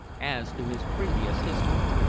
as to his previous history.